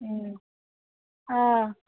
अ